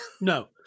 no